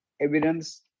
evidence